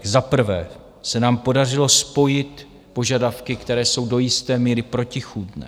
Za prvé se nám podařilo spojit požadavky, které jsou do jisté míry protichůdné.